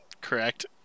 correct